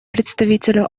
представителю